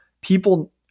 people